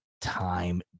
time